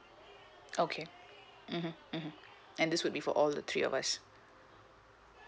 okay mmhmm mmhmm and this would be for all the three of us